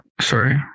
sorry